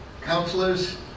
counselors